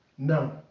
No